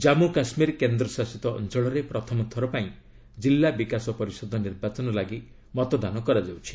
ଜାମ୍ମୁ କାଶ୍ମୀର କେନ୍ଦ୍ରଶାସିତ ଅଞ୍ଚଳରେ ପ୍ରଥମ ଥରପାଇଁ ଜିଲ୍ଲା ବିକାଶ ପରିଷଦ ନିର୍ବାଚନ ଲାଗି ମତଦାନ ହେଉଛି